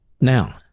Now